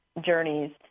journeys